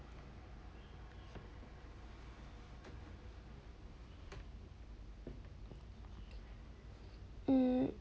mm